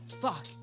Fuck